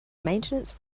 maintenance